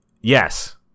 yes